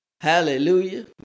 Hallelujah